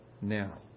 now